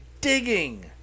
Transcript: digging